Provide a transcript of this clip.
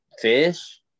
Fish